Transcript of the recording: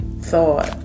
thought